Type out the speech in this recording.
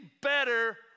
better